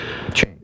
change